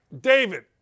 David